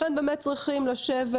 לכן באמת צריכים לשבת,